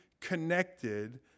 connected